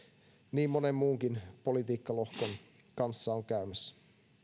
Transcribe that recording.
niin monen muunkin politiikkalohkon kanssa on käymässä